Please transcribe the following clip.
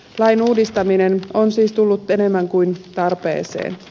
lain uudistaminen on siis tullut enemmän kuin tarpeeseen